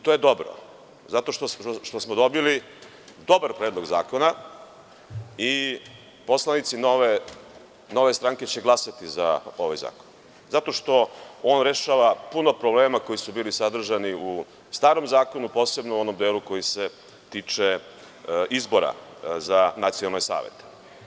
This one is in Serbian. To je dobro, zato što smo dobili dobar predlog zakona i poslanici Nove stranke će glasati za ovaj zakon, zato što on rešava puno problema koji su bili sadržani u starom zakonu, posebno u onom delu koji se tiče izbora za nacionalne savete.